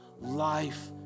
life